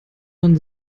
man